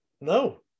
no